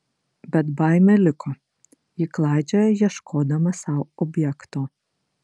bet baimė liko ji klaidžioja ieškodama sau objekto